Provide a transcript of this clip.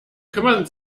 kümmern